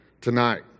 tonight